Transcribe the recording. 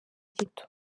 gito